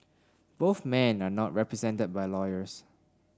both men are not represented by lawyers